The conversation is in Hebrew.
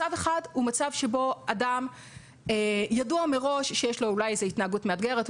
מצב אחד הוא מצב שבו ידוע מראש שיש לאדם התנהגות מאתגרת,